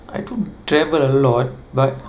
I don't travel a lot but